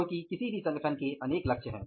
क्योंकि संगठन के अनेक लक्ष्य हैं